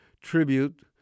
tribute